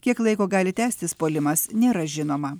kiek laiko gali tęstis puolimas nėra žinoma